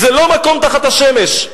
זה לא מקום תחת השמש.